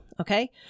Okay